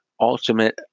ultimate